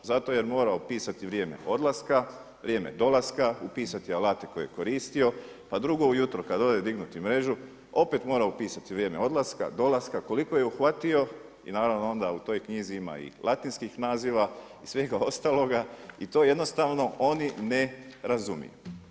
Zato jer je morao pisati vrijeme odlaska, vrijeme dolaska, upisati alate koje je koristio, pa drugo jutro kada ode dignuti mrežu opet mora upisati vrijeme odlaska, dolaska, koliko je uhvatio i naravno onda u toj knjizi ima i latinskih naziva i svega ostaloga i to jednostavno oni ne razumiju.